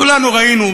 כולנו ראינו,